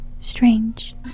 strange